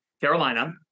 Carolina